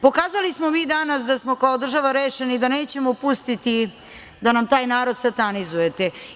Pokazali smo mi danas da smo kao država rešeni da nećemo pustiti da nam taj narod satanizujete.